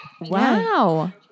Wow